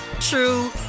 true